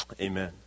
amen